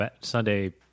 Sunday